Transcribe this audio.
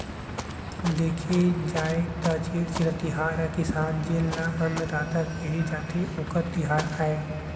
देखे जाए त छेरछेरा तिहार ह किसान जेन ल अन्नदाता केहे जाथे, ओखरे तिहार आय